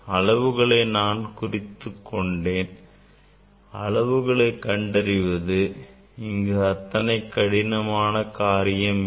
அளவுகளை நான் குறித்துக்கொண்டேன் அளவுகளை கண்டறிவது இங்கு அத்தனை கடினமான காரியம் இல்லை